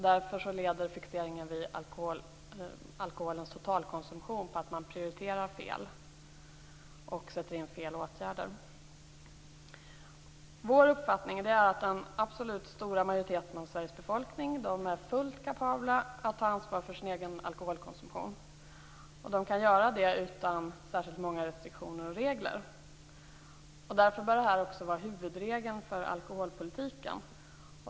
Därför leder fixeringen vid alkoholens totalkonsumtion till att man prioriterar fel och sätter in fel åtgärder. Vår uppfattning är att den stora majoriteten av Sveriges befolkning är fullt kapabel att ta ansvar för sin egen alkoholkonsumtion. Man kan göra det utan särskilt många restriktioner och regler. Därför bör detta också vara huvudregeln för alkoholpolitiken.